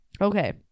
okay